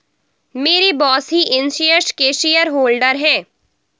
मेरे बॉस ही इन शेयर्स के शेयरहोल्डर हैं